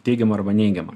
teigiama arba neigiama